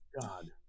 God